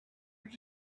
did